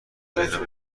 ذهنم